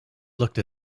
looked